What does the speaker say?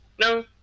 No